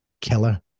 killer